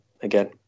again